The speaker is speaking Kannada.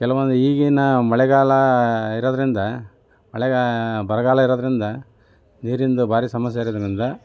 ಕೆಲವೊಂದು ಈಗಿನ ಮಳೆಗಾಲ ಇರೋದ್ರಿಂದ ಮಳೆಗಾ ಬರಗಾಲ ಇರೋದ್ರಿಂದ ನೀರಿಂದು ಭಾರಿ ಸಮಸ್ಯೆ ಇರೋದ್ರಿಂದ